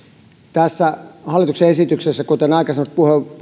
tässä hallituksen esityksessä kuten aikaisemmat puhujat ovat maininneet on